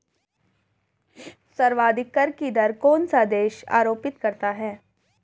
सर्वाधिक कर की दर कौन सा देश आरोपित करता है?